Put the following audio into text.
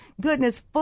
goodness